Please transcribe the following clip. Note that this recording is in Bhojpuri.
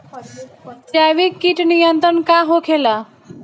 जैविक कीट नियंत्रण का होखेला?